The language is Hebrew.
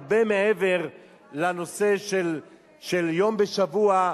הרבה מעבר לנושא של יום בשבוע,